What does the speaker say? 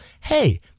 Hey